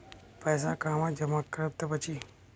पैसा कहवा जमा करब त बची?